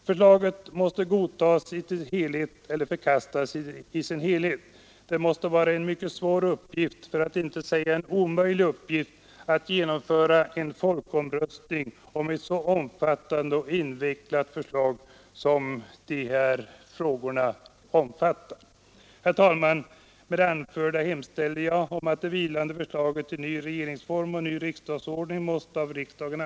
Förslaget måste godtas i sin helhet eller förkastas i sin helhet. Det måste vara en mycket svår — för att inte säga omöjlig — uppgift att genomföra en folkomröstning om ett så omfattande och invecklat förslag som det föreliggande. Herr talman! Med det anförda hemställer jag att der vilande förslaget till ny regeringsform och ny riksdagsordning måtte antagas av riksdagen.